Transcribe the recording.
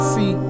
See